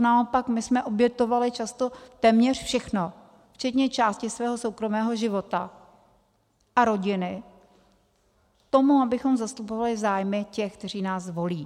Naopak, my jsme obětovaly často téměř všechno, včetně části svého soukromého života a rodiny, k tomu, abychom zastupovaly zájmy těch, kteří nás volí.